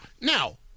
Now